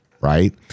Right